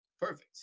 Perfect